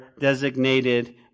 designated